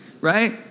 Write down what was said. right